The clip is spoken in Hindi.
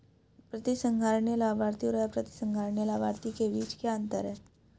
प्रतिसंहरणीय लाभार्थी और अप्रतिसंहरणीय लाभार्थी के बीच क्या अंतर है?